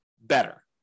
better